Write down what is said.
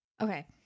okay